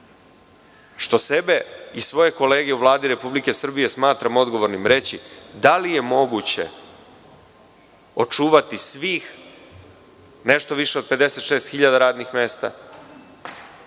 što sebe i svoje kolege u Vladi Republike Srbije smatram odgovornim, reći – da li je moguće očuvati svih, nešto više od 56.000 radnih mesta